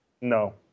No